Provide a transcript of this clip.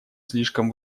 слишком